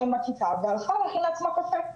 שלי עם הכיתה והלכה להכין לעצמה קפה.